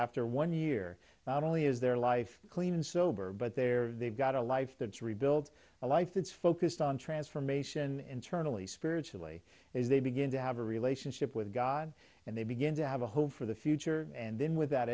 after one year not only is their life clean and sober but they're they've got a life that's rebuild a life that's focused on transformation and turn only spiritually as they begin to have a relationship with god and they begin to have a hope for the future and then with